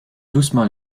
doucement